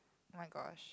oh-my-gosh